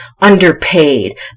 underpaid